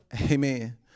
Amen